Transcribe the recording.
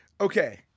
okay